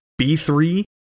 B3